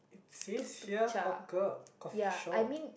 says here hawker coffee shop